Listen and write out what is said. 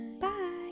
bye